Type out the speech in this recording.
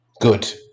Good